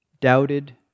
doubted